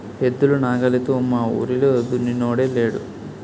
ఎద్దులు నాగలితో మావూరిలో దున్నినోడే లేడు